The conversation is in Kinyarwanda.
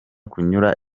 kunyura